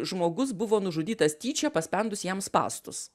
žmogus buvo nužudytas tyčia paspendus jam spąstus